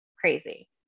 crazy